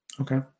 Okay